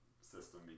system